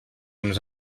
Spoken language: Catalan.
uns